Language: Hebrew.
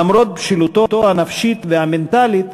למרות בשלותו הנפשית והמנטלית,